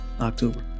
october